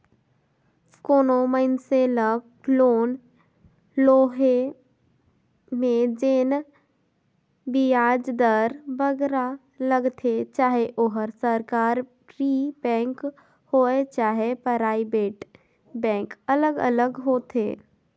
कोनो मइनसे ल लोन लोहे में जेन बियाज दर बगरा लगथे चहे ओहर सरकारी बेंक होए चहे पराइबेट बेंक अलग अलग होथे